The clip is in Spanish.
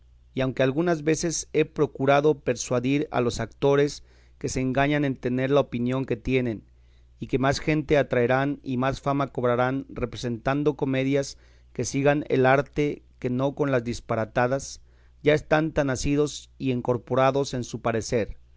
y aunque algunas veces he procurado persuadir a los actores que se engañan en tener la opinión que tienen y que más gente atraerán y más fama cobrarán representando comedias que hagan el arte que no con las disparatadas y están tan asidos y encorporados en su parecer